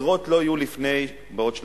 דירות לא יהיו לפני עוד שנתיים.